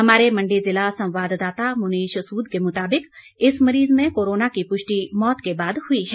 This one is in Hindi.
हमारे मण्डी जिला संवाददाता मुनीष सूद के मुताबिक इस मरीज में कोरोना की पुष्टि मौत के बाद हुई है